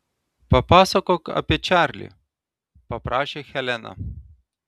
papasakok apie čarlį paprašė helena